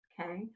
Okay